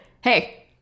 Hey